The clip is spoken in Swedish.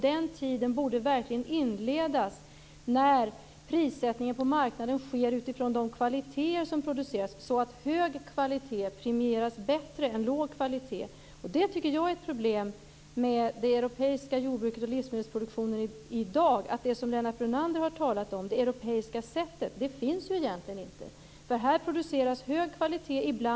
Den tiden borde verkligen inledas när prissättningen på marknaden sker utifrån de kvaliteter som produceras så att hög kvalitet premieras mer än låg kvalitet. Det som jag tycker är ett problem med det europeiska jordbruket och den europeiska livsmedelsproduktionen i dag är att det som Lennart Brunander har talat om, det europeiska sättet, egentligen inte finns. Här produceras ibland livsmedel av hög kvalitet.